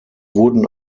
wurden